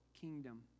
kingdom